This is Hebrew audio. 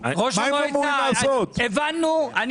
מה היינו אמורים לעשות?